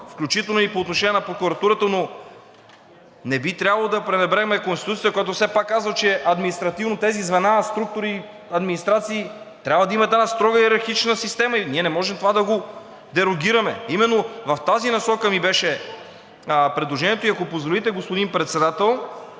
включително и по отношение на прокуратурата, но не би трябвало да пренебрегваме Конституцията, която все пак казва, че административно тези звена, структури, администрации трябва да имат строга йерархична система и ние не можем това да го дерогираме. Именно в тази насока ми беше предложението. И ако позволите, господин Председател,